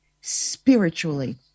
spiritually